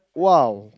!wow!